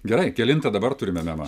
gerai kelintą dabar turime memą